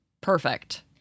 perfect